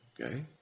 Okay